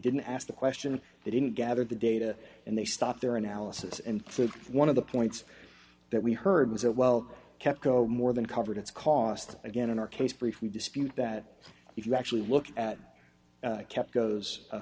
didn't ask the question they didn't gather the data and they stopped their analysis and for one of the points that we heard was it well kept go more than covered its cost d again in our case brief we dispute that if you actually look at kept goes a